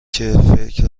فکر